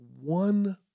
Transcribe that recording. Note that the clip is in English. one